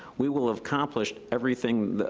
we will have accomplished everything,